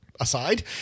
aside